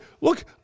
look